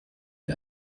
mit